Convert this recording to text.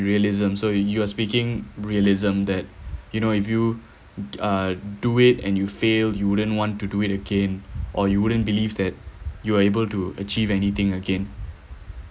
realism so you are speaking realism that you know if you uh do it and you fail you wouldn't want to do it again or you wouldn't believe that you are able to achieve anything again